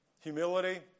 Humility